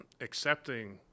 accepting